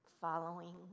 following